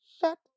Shut